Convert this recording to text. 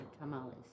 tamales